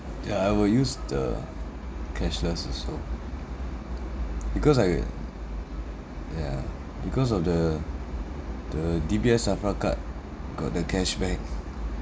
ya I will use the cashless also because I yeah because of the the D_B_S SAFRA card got the cash back